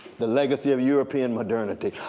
the legacy of european modernity.